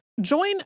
Join